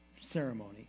ceremony